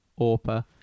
Orpa